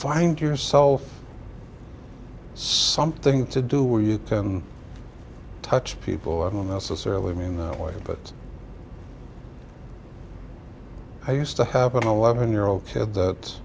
find yourself something to do where you can touch people i don't necessarily mean that way but i used to have an eleven year old kid that